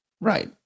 Right